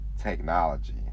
technology